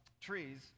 Trees